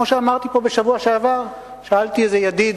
כמו שאמרתי פה בשבוע שעבר, שאלתי איזה ידיד